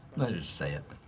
just say it.